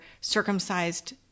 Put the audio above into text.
circumcised